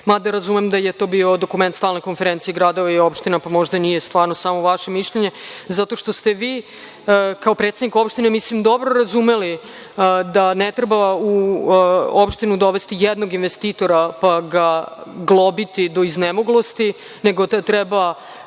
Mada razumem da je to bio dokument Stalne konferencije gradova i opština, pa možda nije stvarno samo vaše mišljenje, zato što ste vi kao predsednik opštine mislim dobro razumeli da ne treba u opštinu dovesti jednog investitora pa ga globiti do iznemoglosti, nego treba